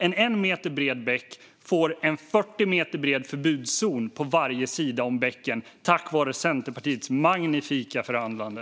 En 1 meter bred bäck får alltså en 40 meter bred förbudszon på varje sida om bäcken - tack vare Centerpartiets magnifika förhandlande.